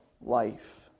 life